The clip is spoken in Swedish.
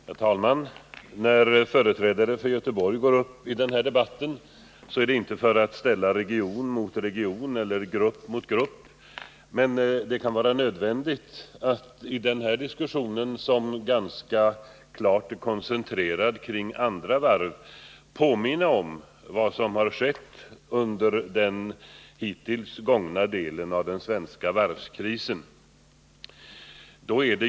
Herr talman! När företrädare för Göteborg går upp i den här debatten är det inte för att ställa region mot region eller grupp mot grupp utan för att det kan vara nödvändigt att i diskussionen, som ganska klart är koncentrerad kring andra varvsorter, påminna om vad som har skett under den hittills gångna delen av den svenska varvskrisen.